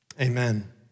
Amen